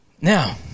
Now